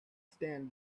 stand